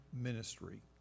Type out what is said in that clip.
ministry